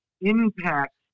impact